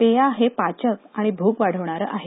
पेया हे पाचक आणि भूक वाढवणारं आहे